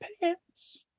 pants